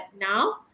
now